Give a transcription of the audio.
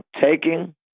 taking